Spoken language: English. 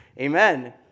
Amen